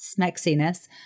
smexiness